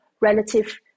relative